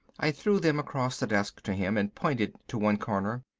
i threw them across the desk to him, and pointed to one corner.